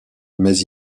mais